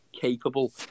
capable